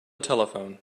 telephone